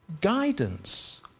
guidance